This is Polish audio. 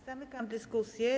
Zamykam dyskusję.